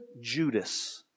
Judas